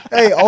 Hey